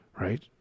Right